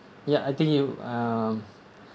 ya I think you um